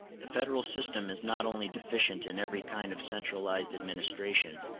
the federal system is not only deficient in every kind of centralized administration,